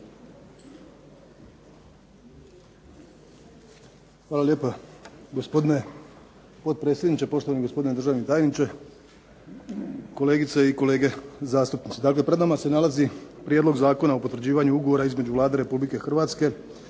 Hvala lijepa, gospodine potpredsjedniče. Poštovani gospodine državni tajniče, kolegice i kolege zastupnici. Dakle, pred nama se nalazi prijedlog Zakona o potvrđivanju Ugovora između Vlade Republike Hrvatske